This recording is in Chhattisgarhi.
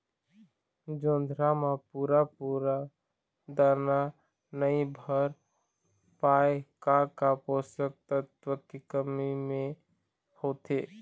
जोंधरा म पूरा पूरा दाना नई भर पाए का का पोषक तत्व के कमी मे होथे?